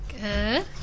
Good